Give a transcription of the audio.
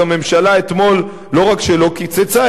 אז הממשלה אתמול לא רק שלא קיצצה,